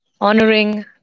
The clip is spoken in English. honoring